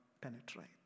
penetrate